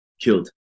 killed